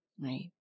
Right